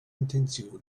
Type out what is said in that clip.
intenzioni